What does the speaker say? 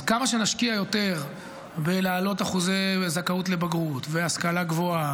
אז כמה שנשקיע יותר בלהעלות אחוזי זכאות לבגרות ובהשכלה גבוהה